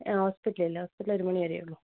ഏ ഹോസ്പിറ്റൽൽ ഹോസ്പിറ്റൽൽ ഒരു മണി വരേയുള്ളൂ